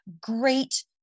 great